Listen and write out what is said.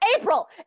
April